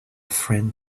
friend